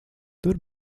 tur